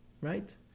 right